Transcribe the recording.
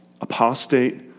apostate